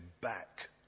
back